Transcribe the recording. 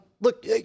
Look